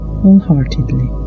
wholeheartedly